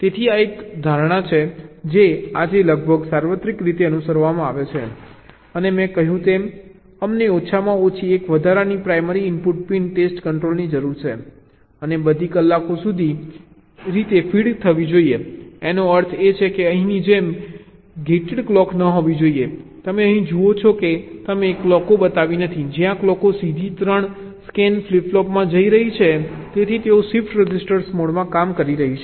તેથી આ એક ધારણા છે જે આજે લગભગ સાર્વત્રિક રીતે અનુસરવામાં આવે છે અને મેં કહ્યું તેમ અમને ઓછામાં ઓછી એક વધારાની પ્રાઇમરી ઇનપુટ પિન ટેસ્ટ કંટ્રોલની જરૂર છે અને બધી ક્લોકો સીધી રીતે ફીડ થવી જોઈએ તેનો અર્થ એ કે તે અહીંની જેમ ગેટેડ ક્લોક ન હોવી જોઈએ તમે અહીં જુઓ છો જો કે તમે ક્લોકો બતાવી નથી જ્યાં ક્લોકો સીધી 3 સ્કેન ફ્લિપ ફ્લોપમાં જઈ રહી છે જેથી તેઓ શિફ્ટ રજિસ્ટર મોડમાં કામ કરી શકે